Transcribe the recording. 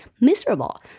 miserable